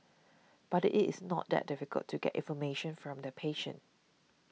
but it is not that difficult to get information from the patient